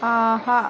ஆஹா